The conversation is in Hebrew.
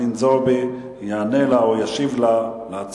אנחנו עוברים לנושא הבא: ייצוג הולם של האזרחים הערבים במגזר הממשלתי,